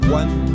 one